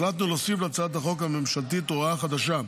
החלטנו להוסיף להצעת החוק הממשלתית הוראה חדשה,